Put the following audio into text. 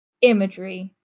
imagery